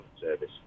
Service